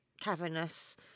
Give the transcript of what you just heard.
cavernous